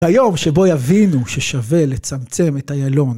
היום שבו יבינו ששווה לצמצם את הילון